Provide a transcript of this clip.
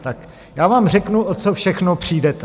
Tak já vám řeknu, o co všechno přijdete.